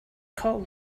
call